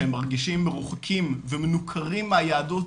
שהם מרגישים מרוחקים ומנוכרים מהיהדות,